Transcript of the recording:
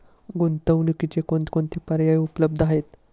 गुंतवणुकीचे कोणकोणते पर्याय उपलब्ध आहेत?